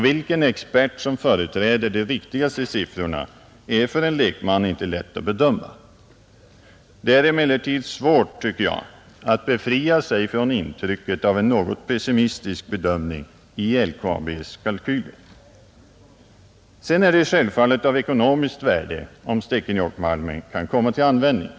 Vilken expert som företräder de riktigaste siffrorna är för en lekman inte lätt att bedöma. Det är emellertid svårt, tycker jag, att befria sig från intrycket av en något pessimistisk bedömning i LKAB:s kalkyler, Det är självfallet av samhällsekonomiskt värde om Stekenjokkmalmen kan komma till användning.